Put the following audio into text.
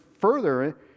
further